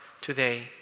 today